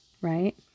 right